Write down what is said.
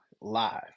live